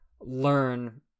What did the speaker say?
learn